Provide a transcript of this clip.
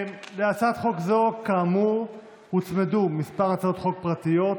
להצעת חוק זו כאמור הוצמדו כמה הצעות חוק פרטיות,